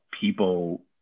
people